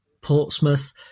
Portsmouth